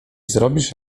zrobisz